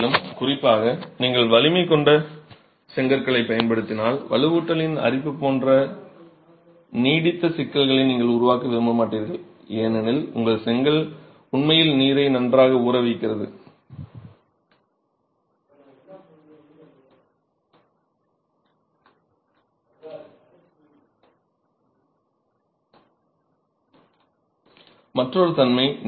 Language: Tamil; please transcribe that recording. மேலும் குறிப்பாக நீங்கள் அதிக வலிமை கொண்ட செங்கற்களைப் பயன்படுத்தினால் வலுவூட்டலின் அரிப்பு போன்ற நீடித்த சிக்கல்களை நீங்கள் உருவாக்க விரும்ப மாட்டீர்கள் ஏனெனில் உங்கள் செங்கல் உண்மையில் நீரை நன்றாக ஊறவைக்கிறது மற்றொரு தன்மை